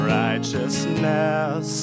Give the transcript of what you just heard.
righteousness